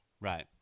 Right